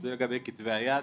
זה לגבי כתבי היד.